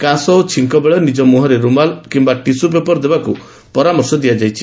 କାଶ ଓ ଛିଙ୍କବେଳେ ନିଜ ମୁହଁରେ ରୁମାଲ୍ କିମ୍ସା ଟିସୁ ପେପର୍ ଦେବାକୁ ପରାମର୍ଶ ଦିଆଯାଇଛି